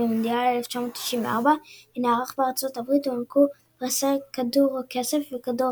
ובמונדיאל 1994 שנערך בארצות הברית הוענקו פרסי כדור הכסף וכדור